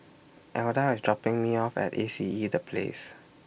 Elda IS dropping Me off At A C E The Place